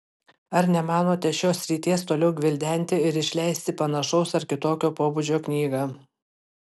ar nemanote šios srities toliau gvildenti ir išleisti panašaus ar kitokio pobūdžio knygą